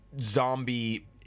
Zombie